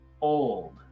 old